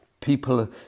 People